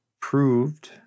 proved